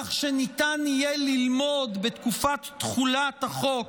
כך שניתן יהיה ללמוד בתקופת תחולת החוק,